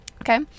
okay